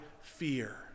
fear